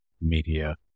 media